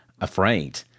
afraid